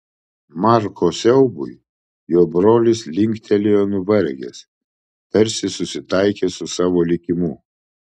marko siaubui jo brolis linktelėjo nuvargęs tarsi susitaikęs su savo likimu